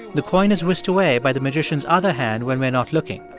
the coin is whisked away by the magician's other hand when we're not looking.